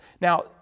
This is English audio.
Now